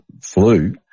flu